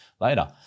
later